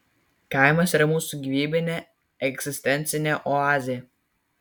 kaimas yra mūsų gyvybinė egzistencinė oazė